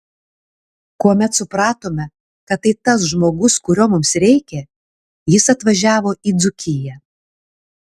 kuomet supratome kad tai tas žmogus kurio mums reikia jis atvažiavo į dzūkiją